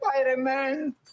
spider-man